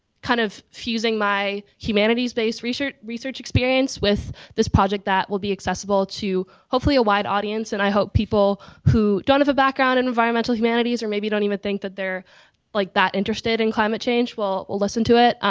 kind of fusing my humanities based research research experience with this project that will be accessible to hopefully a wide audience and i hope people who don't have a background in environmental humanities or maybe don't even think that they're like that interested in climate change will will listen to it.